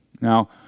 Now